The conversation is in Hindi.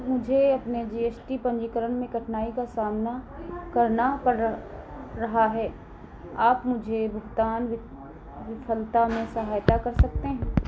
मुझे अपने जी एस टी पन्जीकरण में कठिनाई का सामना करना पड़ रहा है आप मुझे भुगतान वि विफ़लता में सहायता कर सकते हैं